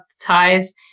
ties